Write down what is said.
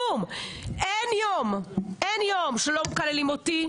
אין יום שלא מקללים אותי,